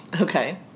Okay